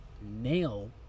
nail